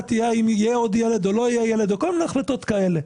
תהיה האם יהיה עוד ילד או לא יהיה עוד ילד או כל מיני החלטות כאלה,